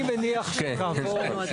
אתה סיימת עורך דין?